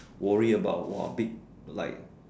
worry about !wah! big like